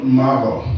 marvel